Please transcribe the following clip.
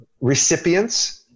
recipients